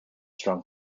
strong